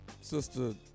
Sister